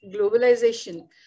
globalization